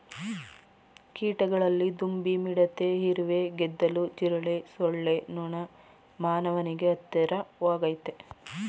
ಕೀಟಗಳಲ್ಲಿ ದುಂಬಿ ಮಿಡತೆ ಇರುವೆ ಗೆದ್ದಲು ಜಿರಳೆ ಸೊಳ್ಳೆ ನೊಣ ಮಾನವನಿಗೆ ಹತ್ತಿರವಾಗಯ್ತೆ